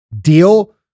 deal